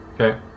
Okay